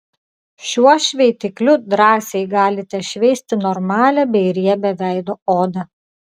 šiuo šveitikliu drąsiai galite šveisti normalią bei riebią veido odą